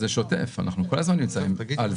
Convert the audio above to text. זה שוטף, אנחנו כל הזמן נמצאים על זה.